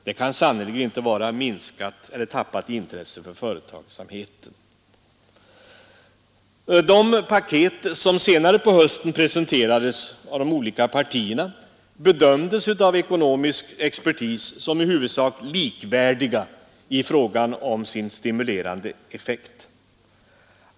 Det tyder sannerligen inte på tappat intresse för företagsamheten. De paket som senare på hösten presenterades av de olika partierna bedömdes av ekonomiska experter som i huvudsak likvärdiga i fråga om stimulerande effekt.